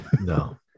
no